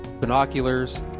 binoculars